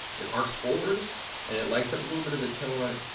it arcs forward and it lights up a little bit of the tunnel around it,